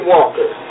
Walker